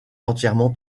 entièrement